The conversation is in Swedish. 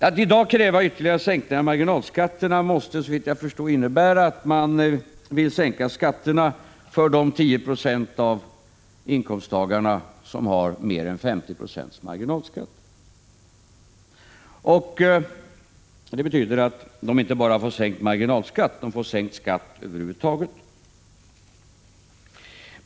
Att i dag kräva ytterligare sänkningar av marginalskatterna måste såvitt jag förstår innebära att man vill sänka skatterna för de 10 26 av inkomsttagarna som har mer än 50 90 marginalskatt. Det betyder att de inte bara får sänkt marginalskatt, de får sänkt skatt över huvud taget.